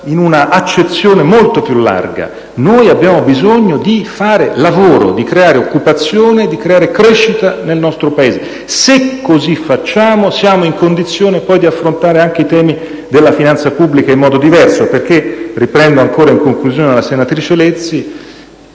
in un'accezione molto più larga. Noi abbiamo bisogno di creare lavoro, di creare occupazione, di creare crescita nel nostro Paese. Se così facciamo, siamo in condizione poi di affrontare anche i temi della finanza pubblica in modo diverso. Infatti - riprendo ancora, in conclusione, quanto detto